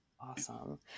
awesome